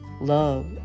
Love